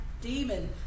demon